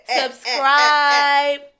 subscribe